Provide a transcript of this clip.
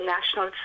National